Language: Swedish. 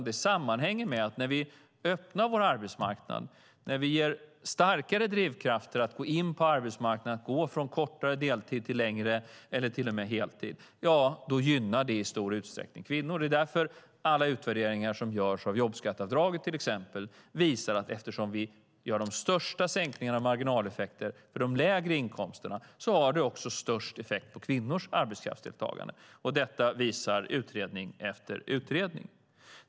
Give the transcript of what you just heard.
Det sammanhänger med att när vi öppnar vår arbetsmarknad och när vi ger starkare drivkrafter att gå in på arbetsmarknaden och att gå från kortare arbetstid till längre eller till och med heltid gynnar det i stor utsträckning kvinnor. Alla utvärderingar som görs av jobbskatteavdraget, till exempel, visar att eftersom vi gör de största sänkningarna av marginaleffekterna när det gäller de lägre inkomsterna har det störst effekt på kvinnors arbetskraftsdeltagande. Detta visar utredning efter utredning.